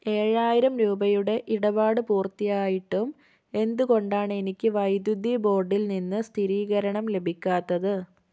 ഏഴായിരം രൂപയുടെ ഇടപാട് പൂർത്തിയായിട്ടും എന്തുകൊണ്ടാണ് എനിക്ക് വൈദ്യുതി ബോർഡിൽ നിന്ന് സ്ഥിരീകരണം ലഭിക്കാത്തത്